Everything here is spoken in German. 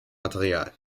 material